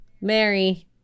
Mary